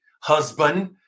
husband